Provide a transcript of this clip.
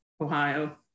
Ohio